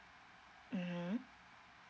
(uh huh)